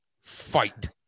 fight